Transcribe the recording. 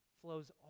flows